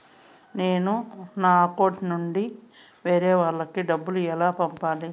నేను నా అకౌంట్ నుండి వేరే వాళ్ళకి డబ్బును ఎలా పంపాలి?